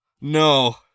No